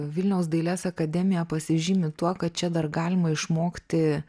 vilniaus dailės akademija pasižymi tuo kad čia dar galima išmokti